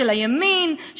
של הימין,